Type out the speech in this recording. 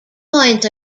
coins